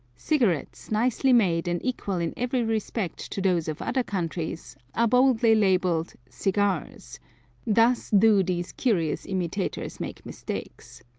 cigarettes, nicely made and equal in every respect to those of other countries, are boldly labelled cigars thus do these curious imitators make mistakes.